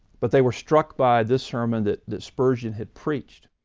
but they were struck by this sermon that that spurgeon had preached.